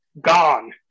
gone